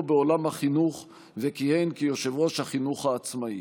בעולם החינוך וכיהן כיושב-ראש החינוך העצמאי.